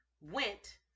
went